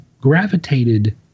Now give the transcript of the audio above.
gravitated